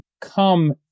come